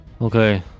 Okay